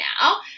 now